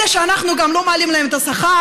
אלה שאנחנו גם לא מעלים להם את השכר,